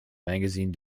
magazine